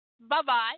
Bye-bye